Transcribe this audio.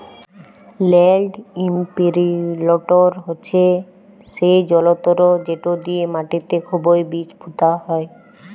land ইমপিরিলটর হছে সেই জলতর্ যেট দিঁয়ে মাটিতে খুবই বীজ পুঁতা হয়